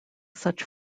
such